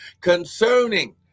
Concerning